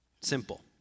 Simple